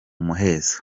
muhezo